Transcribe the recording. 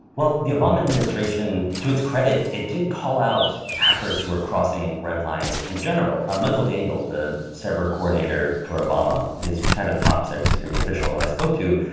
well, the obama administration, to its credit, it did call out hackers who were crossing red lines in general. michael daniel, the cyber coordinator for obama, his kind of top cyber security official, who i spoke to,